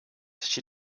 she